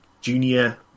junior